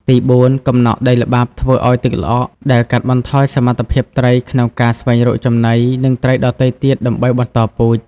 ទីបួន កំណកដីល្បាប់ធ្វើឱ្យទឹកល្អក់ ដែលកាត់បន្ថយសមត្ថភាពត្រីក្នុងការស្វែងរកចំណី និងត្រីដទៃទៀតដើម្បីបន្តពូជ។